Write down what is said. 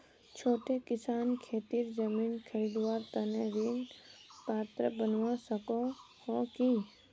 छोटो किसान खेतीर जमीन खरीदवार तने ऋण पात्र बनवा सको हो कि?